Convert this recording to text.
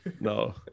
no